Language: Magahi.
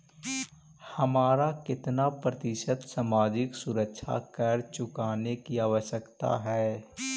हमारा केतना प्रतिशत सामाजिक सुरक्षा कर चुकाने की आवश्यकता हई